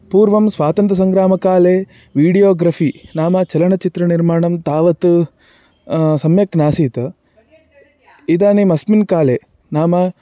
पूर्वं स्वातन्त्र्यसङ्ग्रामकाले विडियोग्रफ़ि नाम चलनचित्रनिर्माणं तावत् सम्यक् नासीत् इदानीम् अस्मिन् काले नाम